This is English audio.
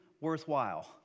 worthwhile